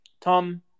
Tom